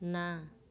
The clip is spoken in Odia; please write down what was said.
ନା